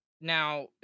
Now